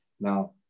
Now